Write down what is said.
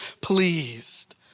pleased